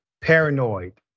paranoid